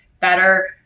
better